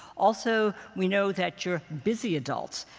also, we know that you're busy adults.